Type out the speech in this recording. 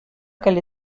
quelle